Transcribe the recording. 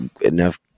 enough